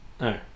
no